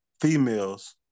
females